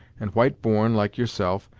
and white-born, like yourself,